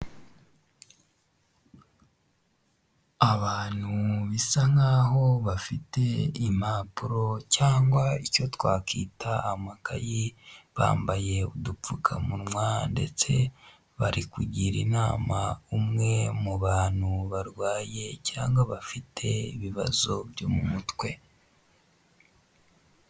Abantu bisa nkaho bafite impapuro cyangwa icyo twakwita amakayi, bambaye udupfukamunwa ndetse bari kugira inama umwe mu bantu barwaye cyangwa bafite ibibazo byo mu mutwe.